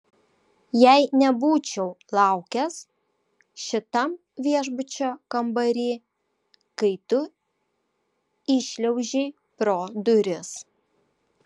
jei nebūčiau laukęs šitam viešbučio kambary kai tu įšliaužei pro duris